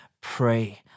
pray